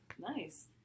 Nice